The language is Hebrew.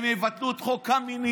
והם יבטלו את חוץ קמיניץ.